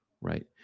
right